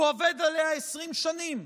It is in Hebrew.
שהוא עובד עליה 20 שנים,